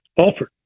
Alford